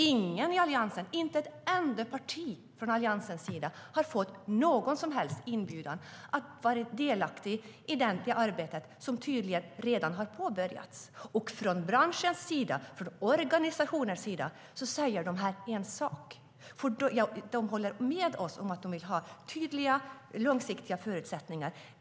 Inte ett enda parti på Alliansens sida har fått någon som helst inbjudan att vara delaktig i det arbete som tydligen redan har påbörjats. Branschen och organisationerna säger en sak, nämligen att de håller med oss om att de vill ha tydliga och långsiktiga förutsättningar.